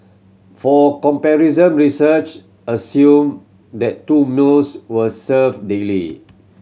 for comparison research assumed that two knows were served daily